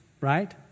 right